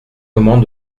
comment